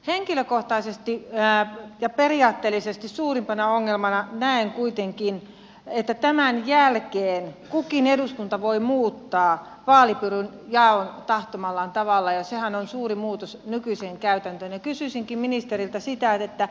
henkilökohtaisesti ja periaatteellisesti suurimpana ongelmana näen kuitenkin että tämän jälkeen kukin eduskunta voi muuttaa vaalipiirijaon tahtomallaan tavalla ja sehän on suuri muutos nykyiseen käytäntöön